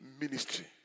ministry